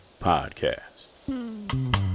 Podcast